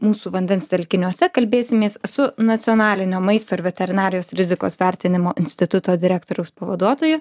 mūsų vandens telkiniuose kalbėsimės su nacionalinio maisto ir veterinarijos rizikos vertinimo instituto direktoriaus pavaduotoju